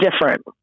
different